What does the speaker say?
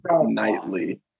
nightly